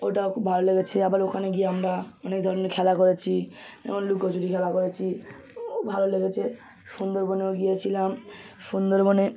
ওটাও খুব ভালো লেগেছে আবার ওখানে গিয়ে আমরা অনেক ধরনের খেলা করেছি যেমন লুকোচুরি খেলা করেছি ভালো লেগেছে সুন্দরবনেও গিয়েছিলাম সুন্দরবনে